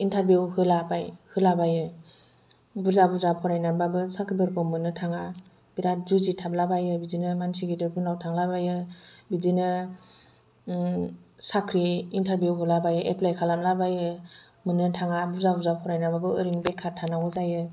interview होलाबायो बुरजा बुरजा फरायनानैबाबो साख्रिफोरखौ मोननो थाङा बिराद जुजिथाबलाबायो बिदिनो मानसि गिदिरफोरनाव थालांबायो बिदिनो साख्रि इनटारभिउ होलाबायो एप्लाय खालामलाबायो मोननो थाङा बुरजा बुरजा फरायनानैबाबो ओरैनो बेखार थानांगौ जायो